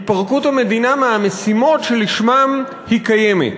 התפרקות המדינה מהמשימות שלשמן היא קיימת.